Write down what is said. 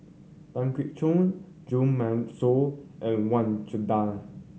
Tan Keong Choon Jo Marion Seow and Wang Chunde